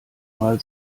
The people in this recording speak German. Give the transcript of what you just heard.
mal